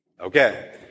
Okay